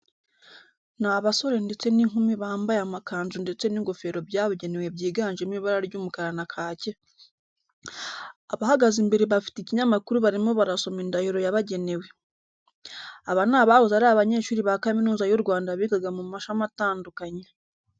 Ni abasore ndetse n'inkumi bambaye amakanzu ndetse n'ingofero byabugenewe byiganjemo ibara ry'umukara na kake. Abahagaze imbere bafite ikinyamakuru barimo barasoma indahiro yabagenewe. Aba ni abahoze ari abanyeshuri ba Kaminuza y'u Rwanda bigaga mu mashami atandukanye.